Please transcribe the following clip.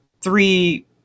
three